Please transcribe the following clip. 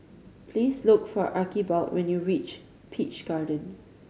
please look for Archibald when you reach Peach Garden